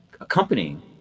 accompanying